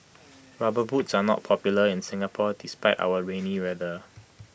rubber boots are not popular in Singapore despite our rainy weather